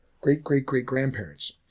great-great-great-grandparents